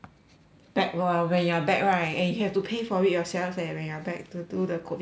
back lor when you're back right and you have to pay for it yourself eh when you're back to do the COVID testing